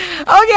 Okay